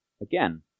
again